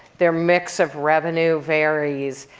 their mix of revenue varies.